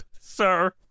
sir